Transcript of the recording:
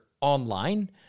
online